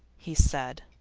he said.